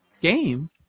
game